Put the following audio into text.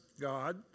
God